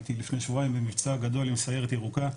הייתי לפני שבועיים במבצע גדול עם סיירת ירוקה,